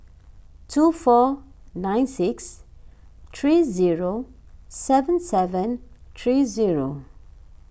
two four nine six three zero seven seven three zero